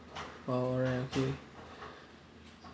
oh all right okay